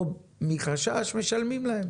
או מחשש משלמים להן.